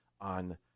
on